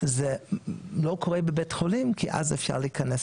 זה לא קורה בבית חולים כי אז אפשר להיכנס